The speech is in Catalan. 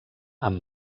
amb